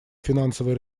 финансовой